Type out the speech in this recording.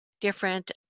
different